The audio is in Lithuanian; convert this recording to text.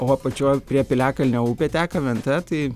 o apačioj prie piliakalnio upė teka venta tai